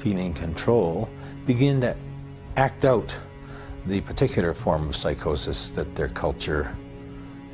feeling control begin to act out the particular form of psychosis that their culture